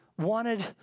wanted